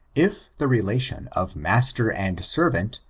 if the relation of master and servant,